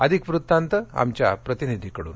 अधिक वृत्तांत आमच्या प्रतिनिधीकडून